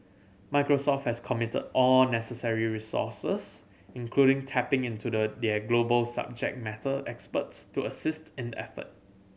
Microsoft has committed all necessary resources including tapping into the their global subject matter experts to assist in the effort